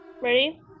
ready